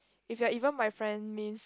if you are even my friend means